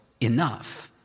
enough